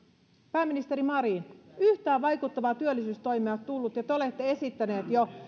pääministeri marin yhtään vaikuttavaa työllisyystoimea ei ole tullut ja te olette esittäneet jo